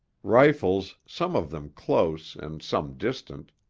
rifles, some of them close and some distant,